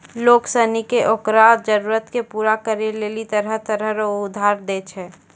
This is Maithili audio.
लोग सनी के ओकरो जरूरत के पूरा करै लेली तरह तरह रो उधार दै छै